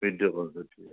वीडियोकॉन सुठी आहे